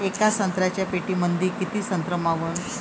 येका संत्र्याच्या पेटीमंदी किती संत्र मावन?